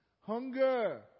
Hunger